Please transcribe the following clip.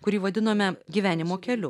kurį vadinome gyvenimo keliu